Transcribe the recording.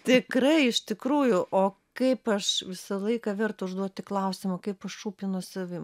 tikrai iš tikrųjų o kaip aš visą laiką verta užduoti klausimą kaip aš aš rūpinuos savim